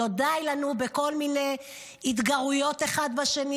לא די לנו בכל מיני התגרויות אחד בשני?